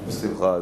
בשמחה.